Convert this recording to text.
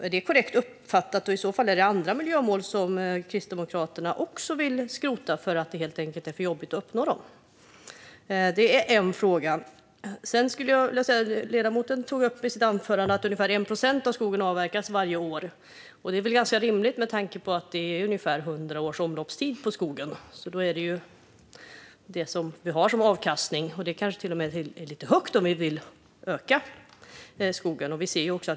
Är det korrekt uppfattat, och finns det i så fall andra miljömål som Kristdemokraterna också vill skrota för att de helt enkelt är för jobbiga att uppnå? Ledamoten tog upp i sitt anförande att ungefär 1 procent av skogen avverkas varje år. Det är väl ganska rimligt med tanke på att skogen har ungefär hundra års omloppstid. Det är det man har som avkastning. Det kanske till och med är lite högt, om vi vill öka på skogen.